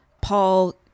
Paul